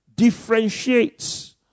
differentiates